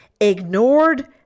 Ignored